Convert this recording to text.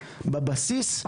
בבסיס,